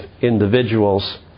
individuals